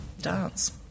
Dance